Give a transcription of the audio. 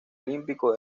olímpico